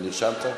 אתה נרשמת?